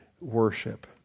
worship